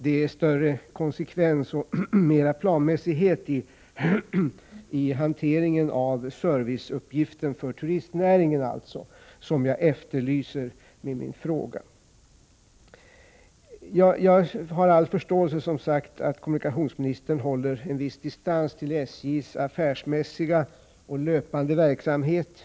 Det är alltså större konsekvens och mera planmässighet i hanteringen av serviceuppgiften för turistnäringen som jag efterlyser med min interpellation. Jag har, som sagt, all förståelse för att kommunikationsministern håller en viss distans till SJ:s affärsmässiga och löpande verksamhet.